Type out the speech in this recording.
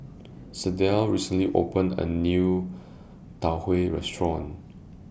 Sydell recently opened A New Tau Huay Restaurant